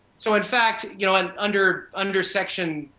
so in fact, you know and under under section,